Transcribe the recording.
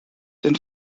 den